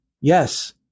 yes